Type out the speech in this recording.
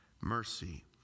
mercy